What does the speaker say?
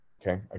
Okay